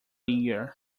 year